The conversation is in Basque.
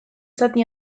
zati